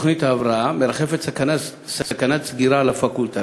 הבראה, מרחפת סכנת סגירה על הפקולטה.